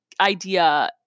idea